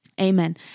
Amen